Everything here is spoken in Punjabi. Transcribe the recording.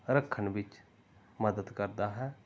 ਰੱਖਣ ਵਿੱਚ ਮਦਦ ਕਰਦਾ ਹੈ